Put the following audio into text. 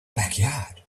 backyard